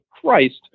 Christ